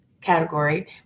category